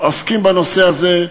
עוסקים בנושא הזה.